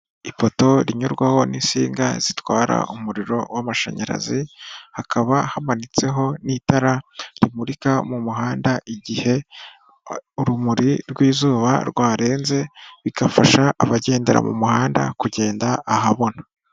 Ipoto rinyurwaho n'insinga zitwara umuriro w'amashanyarazi, hakaba hamanitseho n'itara rimurika mu muhanda igihe urumuri rw'izuba rwarenze, bigafasha abagendera mu muhanda kugenda ahabona.